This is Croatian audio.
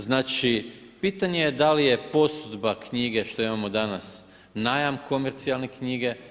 Znači, pitanje je da li je posudba knjige što imamo danas najam komercijalne knjige.